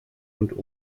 und